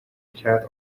cat